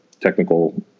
technical